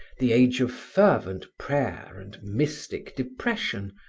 the age of fervent prayer and mystic depression,